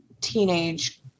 teenage